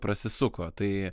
prasisuko tai